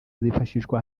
azifashishwa